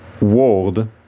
word